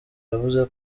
yavuze